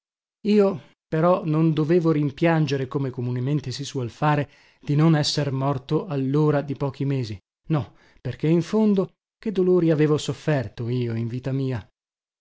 io però non dovevo rimpiangere come comunemente si suol fare di non esser morto allora di pochi mesi no perché in fondo che dolori avevo sofferto io in vita mia